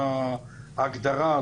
זו ההגדרה,